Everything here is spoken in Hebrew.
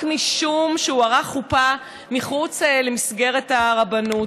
משום שהוא ערך חופה מחוץ למסגרת הרבנות.